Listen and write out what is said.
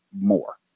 more